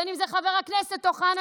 בין שזה חבר הכנסת אוחנה,